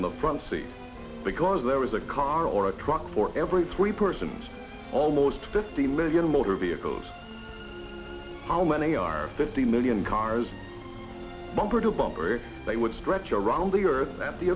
in the front seat because there was a car or a truck for every three persons almost fifty million motor vehicles how many are fifty million cars bumper to bumper they would stretch around the earth that the